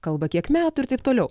kalba kiek metų ir taip toliau